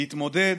להתמודד,